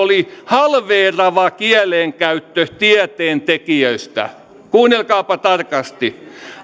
halveeraava kielenkäyttö tieteentekijöistä kuunnelkaapa tarkasti